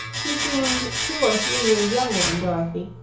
he seemed two or three years younger than dorothy,